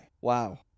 Wow